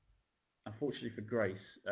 unfortunately for grace,